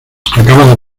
acaba